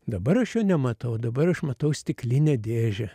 dabar aš jo nematau dabar aš matau stiklinę dėžę